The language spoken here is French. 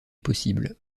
possibles